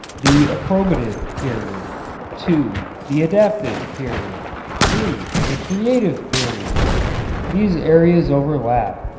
the appropriative period two. the adaptive period three. the creative period these eras overlap,